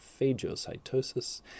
phagocytosis